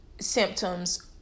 symptoms